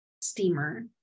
steamer